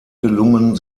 gelungen